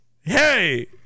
Hey